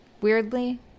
weirdly